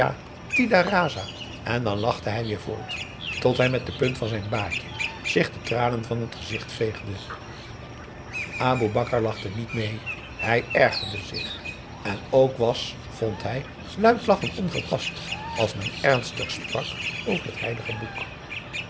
en dan lachte hij weer voort tot hij met de punt van zijn baadje zich de tranen van t gezicht veegde boe akar lachte niet mee hij ergerde zich en ook was vond hij luid lachen ongepast als men ernstig sprak over het heilige boek